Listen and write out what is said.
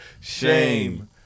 Shame